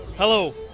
Hello